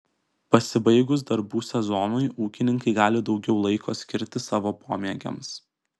pasibaigus darbų sezonui ūkininkai gali daugiau laiko skirti savo pomėgiams